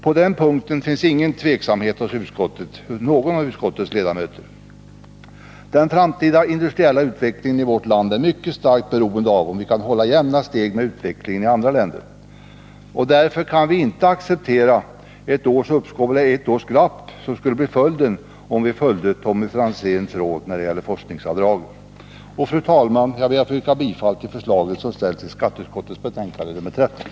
På den punkten finns ingen tveksamhet hos någon av utskottets ledamöter. Den framtida industriella utvecklingen i vårt land är mycket starkt beroende av om vi kan hålla jämna steg med utvecklingen i andra länder, och därför kan vi inte acceptera ett års glapp, vilket skulle bli fallet om vi följde Tommy Franzéns råd när det gäller forskningsavdraget. Fru talman! Jag ber att få yrka bifall till de förslag som ställs i skatteutskottets betänkande nr 13.